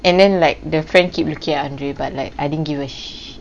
and then like the friend keep looking at andre but like I didn't give a sh~